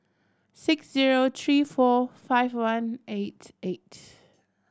six zero three four five one eight eight